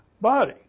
body